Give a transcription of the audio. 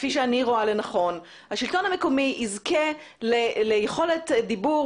לרשויות המקומיות יהיה הרבה יותר דומה לפעול